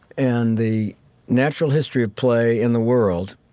and the natural history of play in the world,